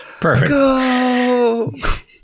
Perfect